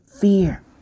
fear